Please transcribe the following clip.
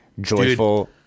joyful